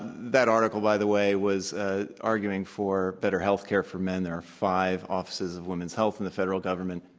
that article, by the way, was ah arguing for better healthcare for men. there are five offices of women's health in the federal government,